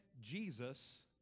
Jesus